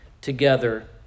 together